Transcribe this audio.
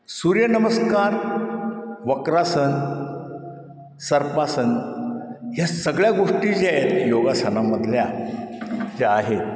सूर्यनमस्कार वक्रासन सर्पासन ह्या सगळ्या गोष्टी ज्या आहेत योगासनामधल्या ज्या आहेत